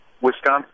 Wisconsin